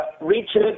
Richard